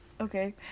okay